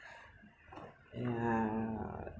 yeah